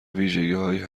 ویژگیهایی